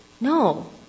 No